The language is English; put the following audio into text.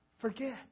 forget